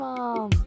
Mom